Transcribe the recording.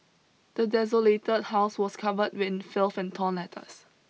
the desolated house was covered in filth and torn letters